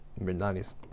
Mid-90s